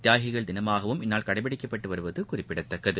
தியாகிகள் தினமாகவும் இந்நாள் கடைபிடிக்கப்பட்டு வருவது குறிப்பிடத்தக்கது